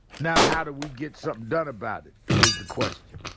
now how do we get something done about it is the question.